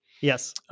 yes